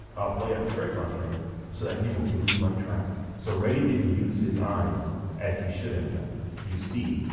i'll play a trick on him so that he will lose my track. so reddy didn't use his eyes as he should have done. you see,